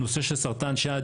נושא של סרטן שד,